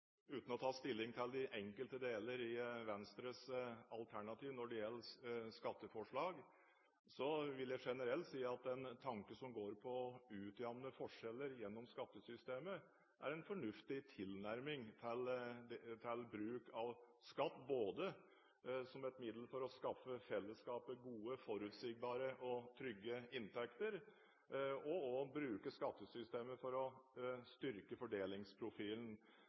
Uten å ta stilling til de enkelte deler i Venstres alternativ når det gjelder skatteforslag, vil jeg generelt si at den tanken som går ut på å utjevne forskjeller gjennom skattesystemet, er en fornuftig tilnærming til bruk av skatt både som et middel for å skaffe fellesskapet gode, forutsigbare og trygge inntekter, og også for å bruke skattesystemet til styrking av fordelingsprofilen.